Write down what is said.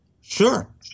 Sure